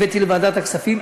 הבאתי לוועדת הכספים.